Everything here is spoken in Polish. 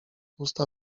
usta